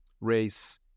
race